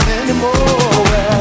anymore